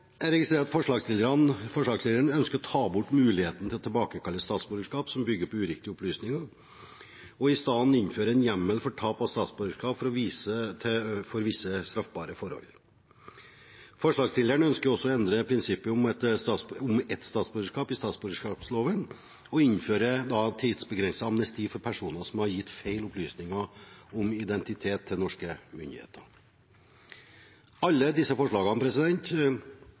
Jeg registrerer at forslagsstilleren ønsker å ta bort muligheten til å tilbakekalle statsborgerskap som bygger på uriktige opplysninger, og i stedet innføre en hjemmel for tap av statsborgerskap for visse straffbare forhold. Forslagsstilleren ønsker også å endre prinsippet om ett statsborgerskap i statsborgerloven og innføre tidsbegrenset amnesti for personer som har gitt feil opplysninger om identitet til norske myndigheter. Alle disse forslagene